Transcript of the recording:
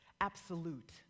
absolute